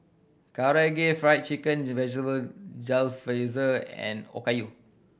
Karaage Fried Chicken Vegetable Jalfrezi and Okayu